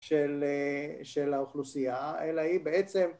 של האוכלוסייה אלא היא בעצם